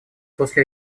после